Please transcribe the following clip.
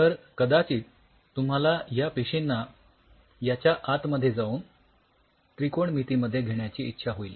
तर कदाचित तुम्हाला या पेशींना याच्या आतमध्ये जाऊन त्रिकोणमितीमध्ये घेण्याची इच्छा होईल